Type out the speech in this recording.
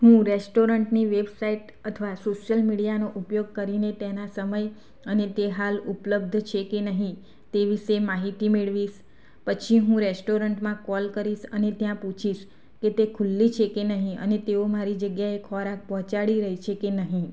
હું રેસ્ટોરન્ટની વેબસાઈટ અથવા સોસિયલ મીડિયાનો ઉપયોગ કરીને તેના સમય અને તે હાલ ઉપલબ્ધ છે કે નહીં તે વિશે માહિતી મેળવીશ પછી હું રેસ્ટોરન્ટમાં કોલ કરીશ અને ત્યાં પૂછીશ કે તે ખૂલી છે કે નહીં અને તેઓ મારી જગ્યાએ ખોરાક પહોંચાડી રહે છે કે નહીં